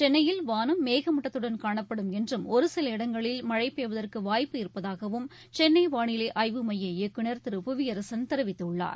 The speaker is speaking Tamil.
சென்னையில் வானம் மேகமூட்டத்துடன் காணப்படும் என்றும் ஒரு சில இடங்களில் மழை பெய்வதற்கு வாய்ப்பு இருப்பதாகவும் சென்னை வாளிலை ஆய்வு மைய இயக்குநர் திரு புவியரசன் தெரிவித்துள்ளார்